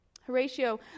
Horatio